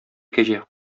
кәҗә